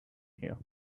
here